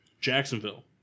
Jacksonville